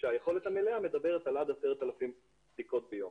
כשהיכולת המלאה מדברת על עד 10,000 בדיקות ביום.